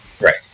right